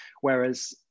Whereas